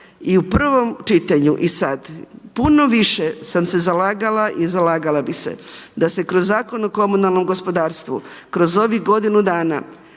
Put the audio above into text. i u prvom čitanju i sad puno više sam se zalagala i zalagala bi se da se kroz Zakon o komunalnom gospodarstvu kroz ovih godinu dana